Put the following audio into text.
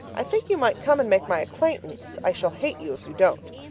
i think you might come and make my acquaintance i shall hate you if you don't!